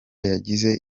yagize